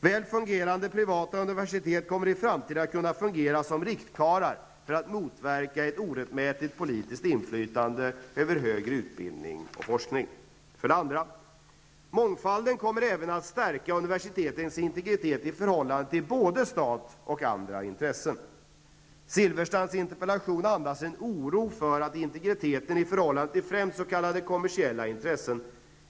Väl fungerande, privata universitet kommer i framtiden att kunna fungera som ''riktkarlar'' för att motverka ett orättmätigt politiskt inflytande över högre utbildning och forskning. 2. Mångfalden kommer även att stärka universitetens integritet i förhållande till både stat och andra intressen. Silfverstrands interpellation andas en oro för integriteten i förhållande till främst s.k. kommersiella intressen.